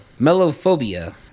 Melophobia